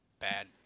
Bad